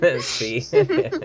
See